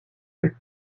fait